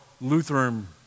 Lutheran